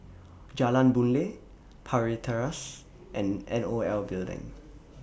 Jalan Boon Lay Parry Terrace and N O L Building